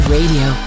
Radio